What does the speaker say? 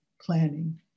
planning